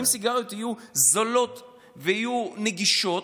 אם סיגריות יהיו זולות ויהיו נגישות,